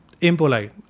impolite